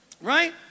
Right